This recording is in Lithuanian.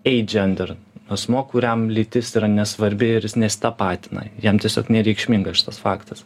agender asmuo kuriam lytis yra nesvarbi ir jis nesitapatina jam tiesiog nereikšmingas šitas faktas